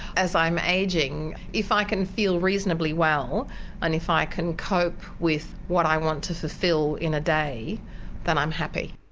as i'm ageing, if i can feel reasonably well and if i can cope with what i want to fulfil in a day then i'm happy.